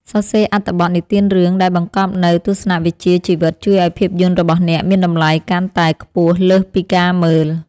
សរសេរអត្ថបទនិទានរឿងដែលបង្កប់នូវទស្សនវិជ្ជាជីវិតជួយឱ្យភាពយន្តរបស់អ្នកមានតម្លៃកាន់តែខ្ពស់លើសពីការមើល។